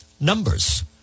numbers